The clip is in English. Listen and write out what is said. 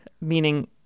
meaning